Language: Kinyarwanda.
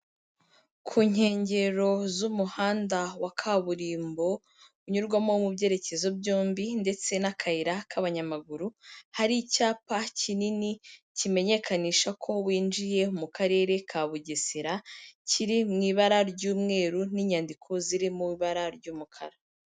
Ku nkengero z'umuhanda wa kaburimbo, unyurwamo mu byerekezo byombi ndetse n'akayira k'abanyamaguru, hari icyapa kinini kimenyekanisha ko winjiye mu Karere ka Bugesera, kiri mu ibara ry'umweru n'inyandiko ziri mu ibara ry'umukara.